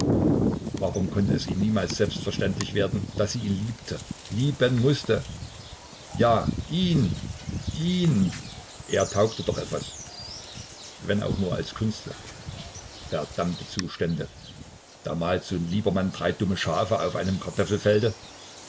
warum konnte es ihm niemals selbstverständlich werden daß sie ihn liebte lieben mußte ja ihn ihn er taugte doch etwas wenn auch nur als künstler verdammte zustände da malt son liebermann drei dumme schafe auf einem kartoffelfelde